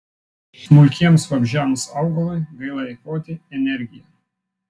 smulkiems vabzdžiams augalui gaila eikvoti energiją